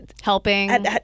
helping